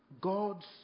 God's